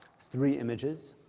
three images.